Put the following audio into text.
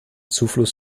zufluss